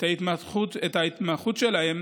את ההתמחות שלהם,